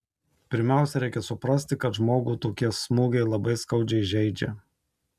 pirmiausia reikia suprasti kad žmogų tokie smūgiai labai skaudžiai žeidžia